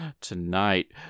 Tonight